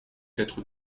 être